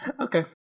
Okay